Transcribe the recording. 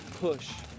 push